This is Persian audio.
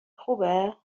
خوبه